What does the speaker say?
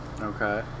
Okay